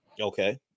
Okay